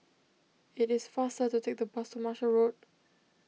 it is faster to take the bus to Marshall Road